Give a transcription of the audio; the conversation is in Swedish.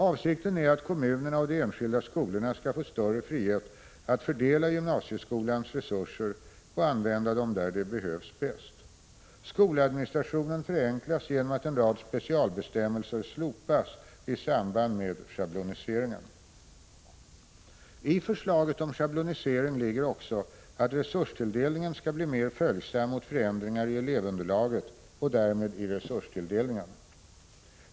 Avsikten är att kommunerna och de enskilda skolorna skall få större frihet att fördela gymnasieskolans resurser och använda dem där de behövs bäst. Skoladministrationen förenklas genom att en rad specialbestämmelser slopas i samband med schabloniseringen. I förslaget om schablonisering ligger också att resurstilldelningen skall bli mer följsam mot förändringar i elevunderlaget och därmed i resurstilldelningen.